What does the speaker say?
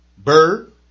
Bird